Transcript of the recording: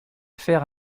faire